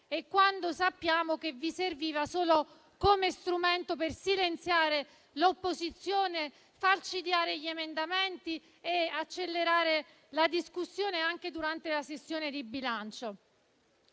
euro e che vi serviva solo come strumento per silenziare l'opposizione, falcidiare gli emendamenti e accelerare la discussione anche durante la sessione di bilancio.